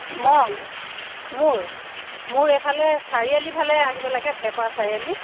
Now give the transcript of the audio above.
মই মোৰ মোৰ এইফালে চাৰিআলি ফালে আহিব লাগে চাৰিআলি